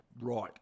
right